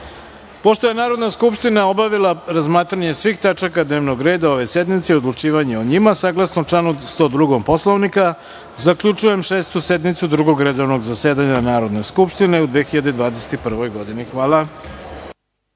je Narodna skupština obavila razmatranje svih tačaka dnevnog reda ove sednice i odlučivanje o njima, saglasno članu 102. Poslovnika, zaključujem Šestu sednicu Drugog redovnog zasedanja Narodne skupštine u 2021. godini. Hvala.